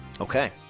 Okay